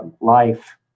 life